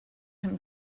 him